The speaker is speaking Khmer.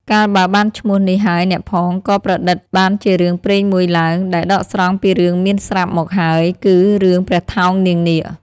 កាលបើបានឈោ្មះនេះហើយអ្នកផង ក៏ប្រឌិតបានជារឿងព្រេងមួយឡើង ដែលដកស្រង់ពីរឿងមានស្រាប់មកហើយ គឺរឿងព្រះថោងនាងនាគ។